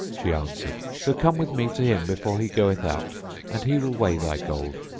she answered, so come with me to him before he goeth out and he will weigh thy gold.